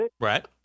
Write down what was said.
Right